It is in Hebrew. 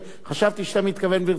חשבתי שאתה מתכוון ברצינות.